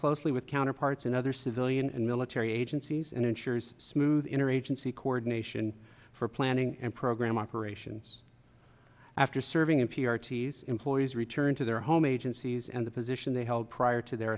closely with counterparts in other civilian and military agencies and ensures smooth interagency coordination for planning and program operations after serving in p r ts employees return to their home agencies and the position they held prior to their